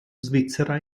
svizzera